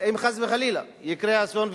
אם חס וחלילה יקרה אסון,